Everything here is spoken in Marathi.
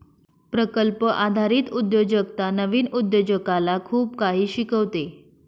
प्रकल्प आधारित उद्योजकता नवीन उद्योजकाला खूप काही शिकवते